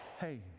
Hey